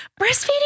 Breastfeeding